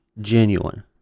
genuine